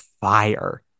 fire